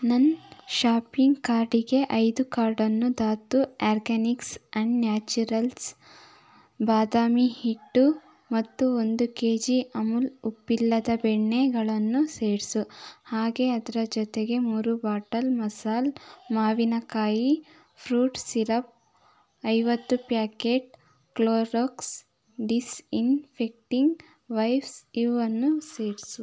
ನನ್ನ ಶಾಪಿಂಗ್ ಕಾರ್ಟಿಗೆ ಐದು ಕಾರ್ಡನ್ನು ಧಾತು ಆ್ಯರ್ಗ್ಯಾನಿಕ್ಸ್ ಆ್ಯಂಡ್ ನ್ಯಾಚುರಲ್ಸ್ ಬಾದಾಮಿ ಹಿಟ್ಟು ಮತ್ತು ಒಂದು ಕೆ ಜಿ ಅಮುಲ್ ಉಪ್ಪಿಲ್ಲದ ಬೆಣ್ಣೆಗಳನ್ನು ಸೇರಿಸು ಹಾಗೆ ಅದರ ಜೊತೆಗೆ ಮೂರು ಬಾಟಲ್ ಮಸಾಲ್ ಮಾವಿನಕಾಯಿ ಫ್ರೂಟ್ ಸಿರಪ್ ಐವತ್ತು ಪ್ಯಾಕೇಟ್ ಕ್ಲೋರಕ್ಸ್ ಡಿಸ್ಇನ್ಫೆಟ್ಟಿಂಗ್ ವೈವ್ಸ್ ಇವನ್ನು ಸೇರಿಸು